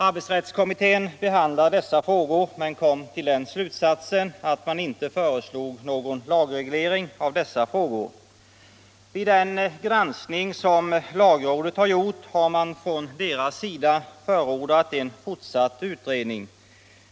Arbetsrättskommittén behandlade dessa frågor men kom till den slutsatsen att man inte borde föreslå någon lagreglering av dem. Vid den granskning som lagrådet har gjort har lagrådet förordat en fortsatt utredning.